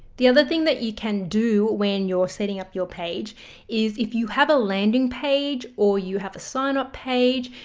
the other thing that you can do when you're setting up your page is if you have a landing page or you have a sign-up page.